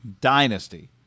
dynasty